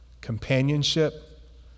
companionship